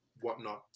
whatnot